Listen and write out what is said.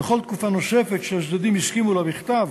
וכל תקופה נוספת שהצדדים הסכימו לה בכתב,